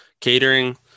catering